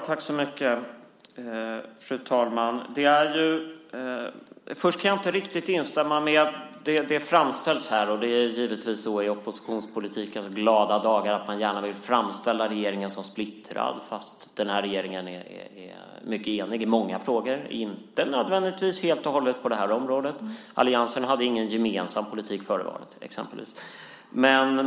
Fru talman! Först kan jag inte riktigt instämma med hur det framställs här. Det är givetvis så i oppositionspolitikens glada dagar att man gärna vill framställa regeringen som splittrad fast den här regeringen är mycket enig i många frågor, men inte nödvändigtvis helt och hållet på det här området. Alliansen hade ingen gemensam politik före valet, exempelvis.